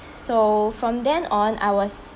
so from then on I was